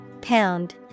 Pound